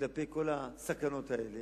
כלפי כל הסכנות האלה,